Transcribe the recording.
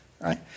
right